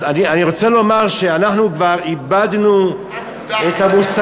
אז אני רוצה לומר שאנחנו כבר איבדנו, מה מוגדר?